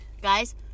guys